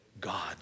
God